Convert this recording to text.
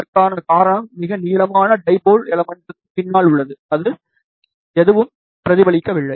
அதற்கான காரணம் மிக நீளமான டைபோல் எலமென்ட்க்கு பின்னால் உள்ளது இது எதுவும் பிரதிபலிக்கவில்லை